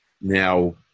Now